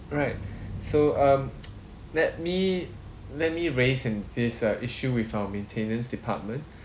alright so um let me let me raise um this issue with our maintenance department